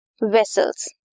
vessels